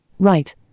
Right